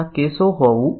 તો આપણે શું કરી શકીએ